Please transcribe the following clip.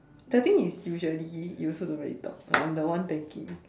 the thing is usually you also don't really talk like I'm the one tanking